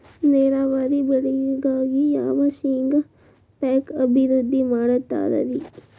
ನೇರಾವರಿ ಬೆಳೆಗಾಗಿ ಯಾವ ಶೇಂಗಾ ಪೇಕ್ ಅಭಿವೃದ್ಧಿ ಮಾಡತಾರ ರಿ?